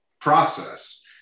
process